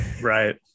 right